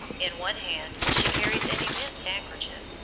in one hand she carries an immense handkerchief,